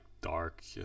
dark